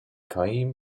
chaim